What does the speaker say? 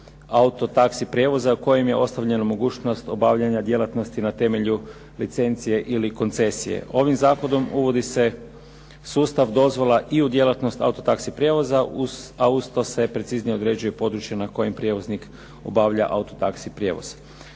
auto taxi prijevoza u kojem je ostavljena mogućnost obavljanja djelatnosti na temelju licencije ili koncesije. Ovim zakonom uvodi se sustav dozvola i u djelatnosti auto taxi prijevoza a uz to se preciznije određuje područje na kojem prijevoznik obavlja auto taxi prijevoz.